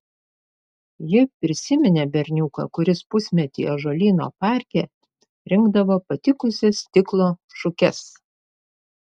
ji prisiminė berniuką kuris pusmetį ąžuolyno parke rinkdavo patikusias stiklo šukes